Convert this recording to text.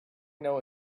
know